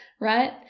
right